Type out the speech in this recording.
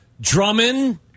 Drummond